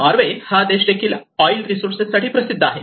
Norway हा देश oil resources साठी प्रसिद्ध आहे